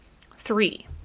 Three